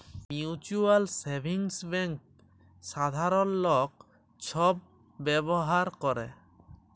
mutual savings bank সাধারল লক ছব ব্যাভার ক্যরে